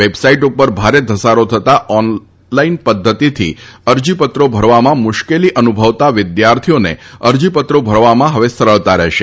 website ઉપર ભારે ધસારો થતાં ઓનલાઇન પદ્ધતિથી અરજીપત્રો ભરવામાં મુશ્કેલી અનુભવતા વિદ્યાર્થિઓને અરજીપત્રો ભરવામાં હવે સરળતા રહેશે